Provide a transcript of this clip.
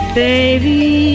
baby